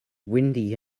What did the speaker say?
windy